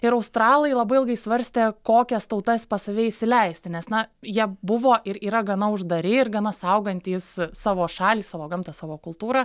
ir australai labai ilgai svarstė kokias tautas pas save įsileisti nes na jie buvo ir yra gana uždari ir gana saugantys savo šalį savo gamtą savo kultūrą